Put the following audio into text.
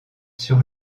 sur